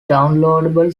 downloadable